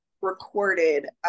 recorded